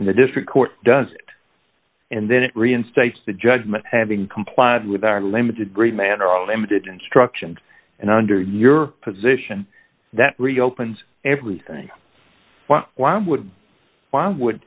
and the district court does and then it reinstates the judgment having complied with our limited great man are limited instructions and under your position that reopens everything why would why would